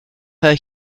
her